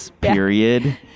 period